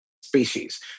species